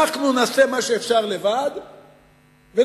אנחנו נעשה מה שאפשר לבד ונחכה.